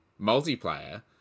multiplayer